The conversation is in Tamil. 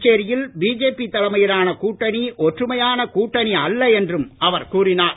புதுச்சேரியில் பிஜேபி தலைமையிலான கூட்டணி ஒற்றுமையான கூட்டணி அல்ல என்றும் அவர் கூறினார்